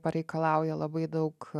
pareikalauja labai daug